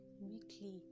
weekly